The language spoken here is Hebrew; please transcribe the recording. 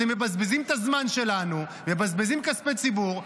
אתם מבזבזים את הזמן שלנו, מבזבזים כספי ציבור.